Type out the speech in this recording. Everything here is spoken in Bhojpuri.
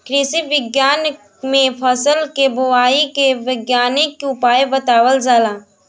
कृषि विज्ञान में फसल के बोआई के वैज्ञानिक उपाय बतावल जाला